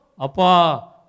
Apa